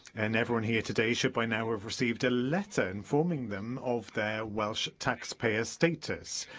and everyone here today should by now have received a letter informing them of their welsh taxpayer status,